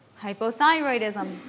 Hypothyroidism